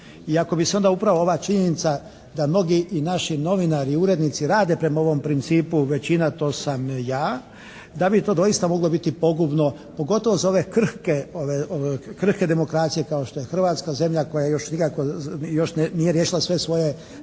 I ako bi se onda upravo ova činjenica da mnogi i naši novinari i urednici rade prema ovom principu "većina, to sam ja", da bi to doista moglo biti pogubno, pogotovo za ove krhke demokracije kao što je Hrvatska zemlja koja još nikako, još nije riješila sve svoje